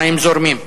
מים זורמים.